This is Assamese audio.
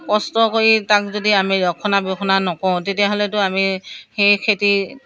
কষ্ট কৰি তাক যদি আমি ৰক্ষণাবেক্ষণ নকৰোঁ তেতিয়াহ'লেতো আমি সেই খেতি